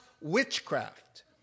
witchcraft